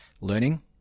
learning